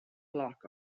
block